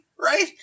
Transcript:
Right